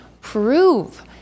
prove